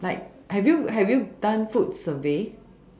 like have you have you done food survey